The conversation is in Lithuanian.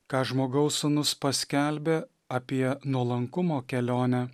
ką žmogaus sūnus paskelbė apie nuolankumo kelionę